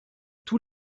tous